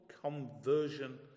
conversion